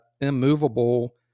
immovable